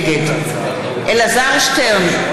נגד אלעזר שטרן,